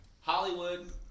Hollywood